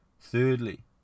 Thirdly